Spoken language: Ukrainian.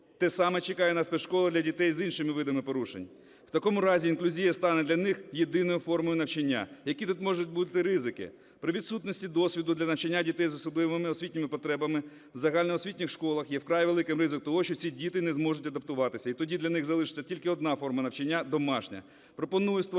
Те саме чекає на спецшколи для дітей з іншими видами порушень. В такому разі інклюзія стане для них єдиною формою навчання. Які тут можуть бути ризики? При відсутності досвіду для навчання дітей з особливими освітніми потребами в загальноосвітніх школах є вкрай великий ризик того, що ці діти не зможуть адаптуватися, і тоді для них залишиться тільки одна форма навчання – домашня.